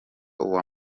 uwa